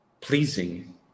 pleasing